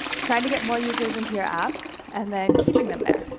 trying to get more users into your app and then keeping them there.